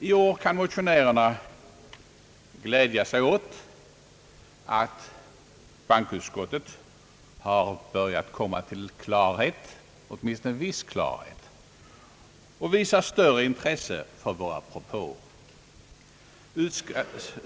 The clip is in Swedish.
I år kan motionärerna glädjas åt att bankoutskottet har börjat komma till klarhet, åtminstone viss klarhet, och visar större intresse för våra propåer.